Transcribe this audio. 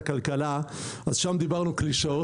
שם דיברנו קלישאות,